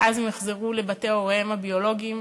ואז הם יחזרו לבתי הוריהם הביולוגיים,